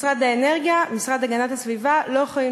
משרד האנרגיה והמשרד להגנת הסביבה לא יכולים